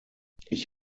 ich